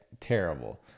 Terrible